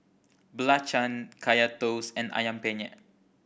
belacan Kaya Toast and Ayam Penyet